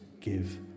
give